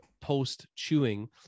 post-chewing